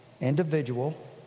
individual